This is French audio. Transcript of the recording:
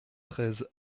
treize